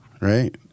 right